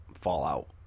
Fallout